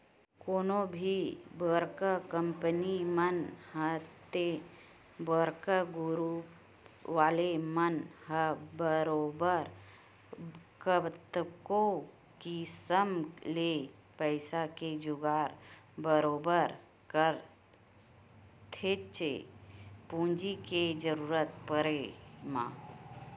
कोनो भी बड़का कंपनी मन ह ते बड़का गुरूप वाले मन ह बरोबर कतको किसम ले पइसा के जुगाड़ बरोबर करथेच्चे पूंजी के जरुरत पड़े म